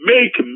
make